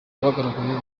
bagaragaye